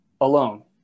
alone